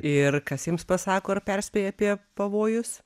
ir kas jiems pasako ar perspėja apie pavojus